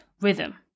rhythm